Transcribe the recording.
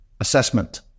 assessment